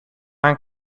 meer